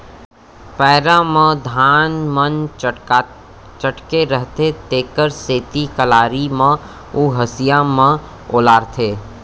पैरा म धान मन चटके रथें तेकर सेती कलारी म अउ हँसिया म ओलहारथें